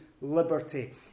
liberty